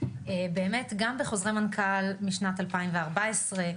באמת גם בחוזרי מנכ"ל משנת 2014,